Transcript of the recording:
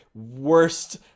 worst